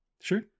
Sure